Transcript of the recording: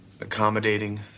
accommodating